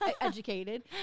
Educated